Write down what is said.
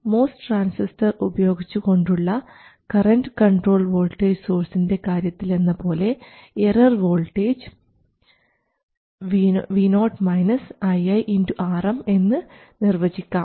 MOS transistor ഉപയോഗിച്ചുകൊണ്ടുള്ള current controlled voltage സോഴ്സിൻറെ കാര്യത്തിലെന്നപോലെ error voltage Vo ii Rm എന്ന് നിർവചിക്കാം